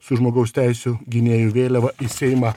su žmogaus teisių gynėjų vėliava į seimą